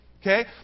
okay